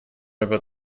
about